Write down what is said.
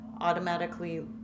automatically